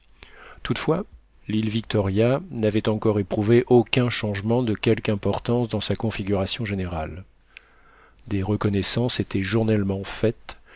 toutefois l'île victoria n'avait encore éprouvé aucun changement de quelque importance dans sa configuration générale des reconnaissances étaient journellement faites